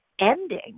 ending